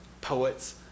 poets